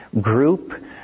group